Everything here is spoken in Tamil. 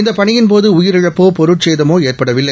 இந்த பணியின் போது உயிரிழப்போ பொருட்சேதமோ ஏற்படவில்லை